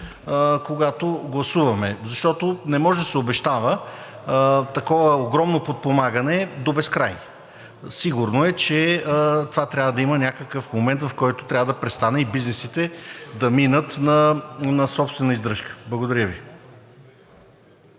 когато гласуваме, защото не може да се обещава такова огромно подпомагане до безкрай. Сигурно е, че трябва да има някакъв момент, в който това трябва да престане и бизнесите да минат на собствена издръжка. Благодаря Ви.